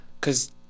Cause